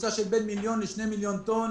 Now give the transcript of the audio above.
בממוצע בין מיליון לשני מיליון טון,